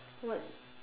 what